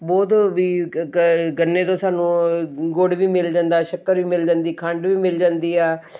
ਬਹੁਤ ਵੀ ਗ ਗ ਗੰਨੇ ਤੋਂ ਸਾਨੂੰ ਗੁੜ ਵੀ ਮਿਲ ਜਾਂਦਾ ਸ਼ੱਕਰ ਵੀ ਮਿਲ ਜਾਂਦੀ ਖੰਡ ਵੀ ਮਿਲ ਜਾਂਦੀ ਆ